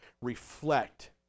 reflect